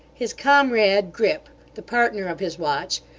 his comrade grip, the partner of his watch,